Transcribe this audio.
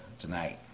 tonight